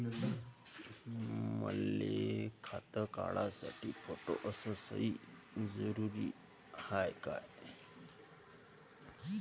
मले खातं काढासाठी फोटो अस सयी जरुरीची हाय का?